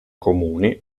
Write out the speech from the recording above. comuni